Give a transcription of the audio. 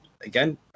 again